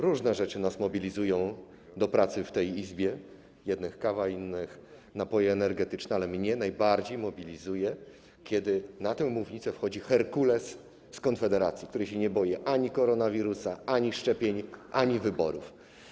Różne rzeczy nas mobilizują do pracy w tej Izbie, jednych kawa, innych napoje energetyczne, ale mnie najbardziej mobilizuje, kiedy na tę mównicę wchodzi herkules z Konfederacji, który się nie boi ani koronawirusa, ani szczepień, ani wyborów.